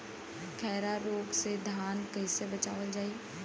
खैरा रोग से धान कईसे बचावल जाई?